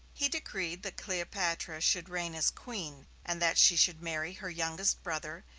he decreed that cleopatra should reign as queen, and that she should marry her youngest brother,